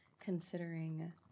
considering